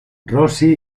rossi